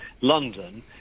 London